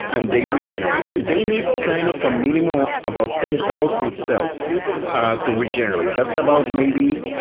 and they regenerate. they need kind of a um minimum of about ten thousand cells to regenerate. that's about, maybe,